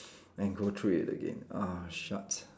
and go through it again ah shut